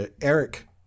Eric